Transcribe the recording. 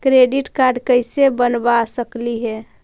Credit card कैसे बनबा सकली हे?